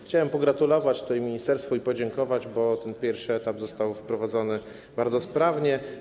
Chciałem pogratulować tutaj ministerstwu i podziękować, bo ten pierwszy etap został wprowadzony bardzo sprawnie.